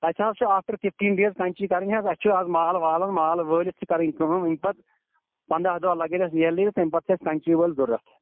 اسہِ حظ چھِ آفٹَر فِفٹیٖن ڈیز کَنٛچی کَرٕنۍ حظ اسہِ چھُ آز مال والُن مال وٲلِتھ چھِ کَرٕنۍ کٲم امہِ پَتہٕ پَنٛدَہ دۄہ لَگن اسہِ تہٕ تَمہِ پت چھِ اسہِ کنٛچیٖ وٲلۍ ضوٚرَتھ